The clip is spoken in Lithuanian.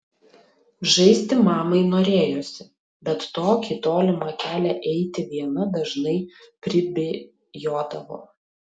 žaisti mamai norėjosi bet tokį tolimą kelią eiti viena dažnai pribijodavo